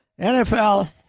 NFL